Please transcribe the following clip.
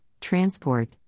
transport